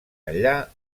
enllà